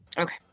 okay